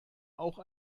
auch